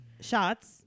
shots